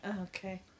Okay